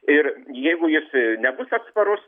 ir jeigu jis nebus atsparus